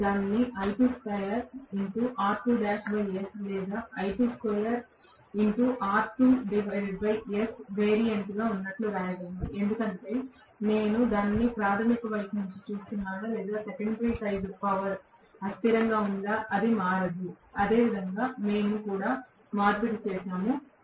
నేను దానిని లేదా వేరియంట్లో ఉన్నట్లుగా వ్రాయగలను ఎందుకంటే నేను దానిని ప్రాధమిక వైపు నుండి చూస్తున్నానా లేదా సెకండరీ సైడ్ పవర్ అస్థిరంగా ఉందా అది మారదు అదే విధంగా మేము కూడా మార్పిడి చేసాము